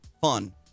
fun